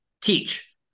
Teach